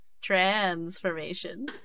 transformation